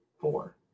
Four